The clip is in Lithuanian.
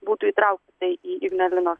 būtų įtraukta tai į ignalinos